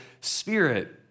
spirit